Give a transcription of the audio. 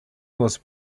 was